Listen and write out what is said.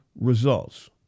results